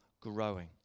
growing